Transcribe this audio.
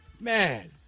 man